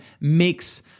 makes